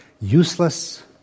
useless